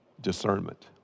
discernment